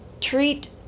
treat